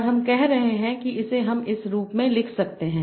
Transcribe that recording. और हम कह रहे हैं कि हम इसे इस रूप में लिख सकते हैं